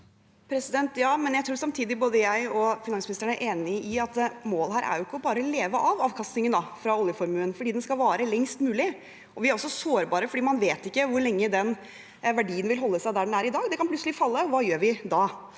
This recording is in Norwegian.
Ja, men samtidig tror jeg at jeg og finansministeren er enige om at målet ikke bare er å leve av avkastningen fra oljeformuen fordi den skal vare lengst mulig. Vi er også sårbare, for man vet ikke hvor lenge den verdien vil holde seg på det nivået den er i dag. Den kan plutselig falle, og hva gjør vi da?